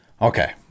Okay